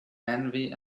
envy